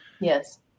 yes